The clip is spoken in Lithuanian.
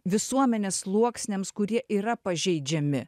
visuomenės sluoksniams kurie yra pažeidžiami